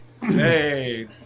Hey